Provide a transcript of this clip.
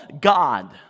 God